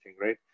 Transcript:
right